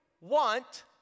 want